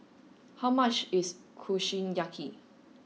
how much is Kushiyaki